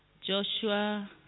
Joshua